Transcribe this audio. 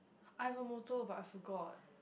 I have a motto but I forgot